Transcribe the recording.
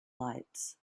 lights